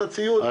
את הציוד.